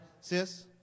sis